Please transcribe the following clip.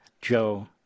Joe